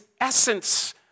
essence